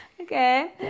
Okay